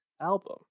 album